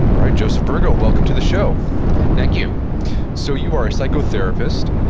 right, joseph burgo, welcome to the show thank you so you are a psychotherapist,